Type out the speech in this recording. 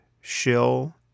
shill